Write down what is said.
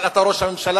אבל אתה ראש הממשלה,